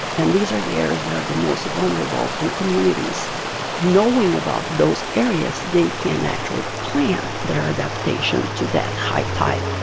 and these are the areas that are the most vulnerable. and communities knowing about those areas, they can actually plan their adaptation to that high tide